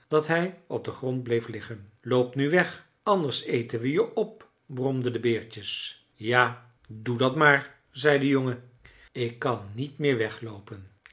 dat hij op den grond bleef liggen loop nu weg anders eten we je op bromden de beertjes ja doe dat maar zei de jongen ik kan niet meer wegloopen